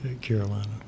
Carolina